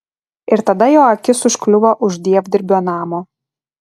ir tada jo akis užkliuvo už dievdirbio namo